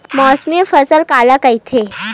मौसमी फसल काला कइथे?